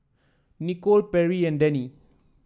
Nikole Perri and Dennie